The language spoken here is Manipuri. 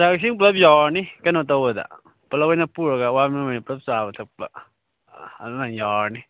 ꯆꯥꯛ ꯏꯁꯤꯡ ꯄꯨꯂꯞ ꯌꯥꯎꯔꯅꯤ ꯀꯩꯅꯣ ꯇꯧꯕꯗ ꯄꯨꯂꯞ ꯑꯣꯏꯅ ꯄꯨꯔꯒ ꯋꯥꯔ ꯃꯦꯃꯣꯔꯤꯌꯦꯜ ꯄꯨꯂꯞ ꯆꯥꯕ ꯊꯛꯄ ꯑꯗꯨꯅ ꯌꯥꯎꯔꯅꯤ